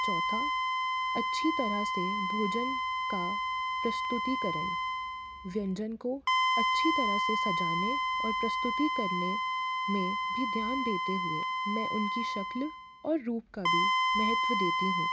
चौथा अच्छी तरह से भोजन का प्रस्तुतीकरण व्यंजन को अच्छी तरह से सजाने और प्रस्तुति करने में भी ध्यान देते हुए मैं उनकी शक्ल और रूप का भी महत्त्व देती हूँ